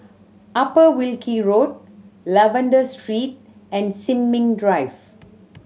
Upper Wilkie Road Lavender Street and Sin Ming Drive